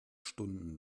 stunden